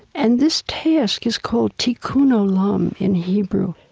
and this task is called tikkun olam in hebrew.